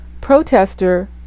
protester